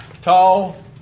tall